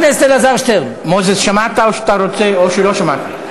חבר הכנסת אלעזר שטרן, מוזס, שמעת או שלא שמעת?